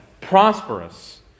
prosperous